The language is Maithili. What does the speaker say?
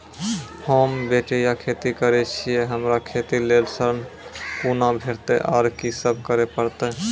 होम बटैया खेती करै छियै तऽ हमरा खेती लेल ऋण कुना भेंटते, आर कि सब करें परतै?